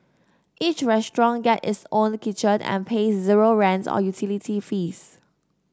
each restaurant gets its own kitchen and pays zero rent or utility fees